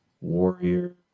Warrior